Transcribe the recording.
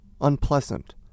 unpleasant